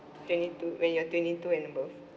twenty two when you are twenty two and above